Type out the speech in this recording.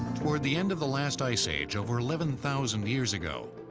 toward the end of the last ice age, over eleven thousand years ago,